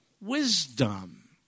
wisdom